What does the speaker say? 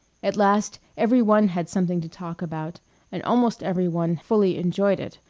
at last every one had something to talk about and almost every one fully enjoyed it,